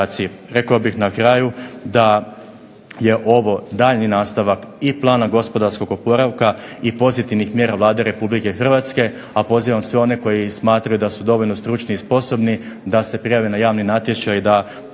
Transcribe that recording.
Rekao bih na kraju da je ovo daljnji nastavak i plana gospodarskog oporavka i pozitivnih mjera Vlada Republike Hrvatske, a pozivam sve one koji smatraju da su dovoljno stručni i sposobni da se prijave na javni natječaj da ova